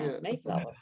Mayflower